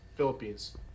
Philippines